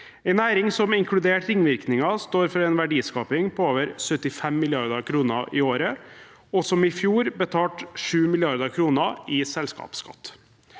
en næring som inkludert ringvirkninger står for en verdiskaping på over 75 mrd. kr i året, og som i fjor betalte 7 mrd. kr i selskapsskatt.